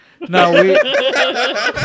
No